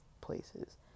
places